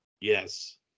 Yes